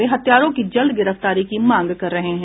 वे हत्यारों की जल्द गिरफ्तारी की मांग कर रहे हैं